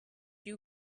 you